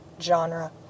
genre